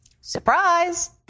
Surprise